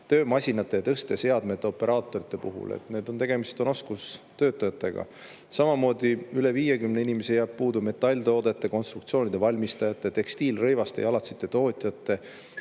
töömasinate ja tõsteseadmete operaatorite puhul. Tegemist on oskustöötajatega. Samamoodi üle 50 inimese jääb puudu metalltoodete ja konstruktsioonide valmistajate, tekstiili-, rõivaste ja jalatsite tootjate,